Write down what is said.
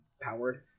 powered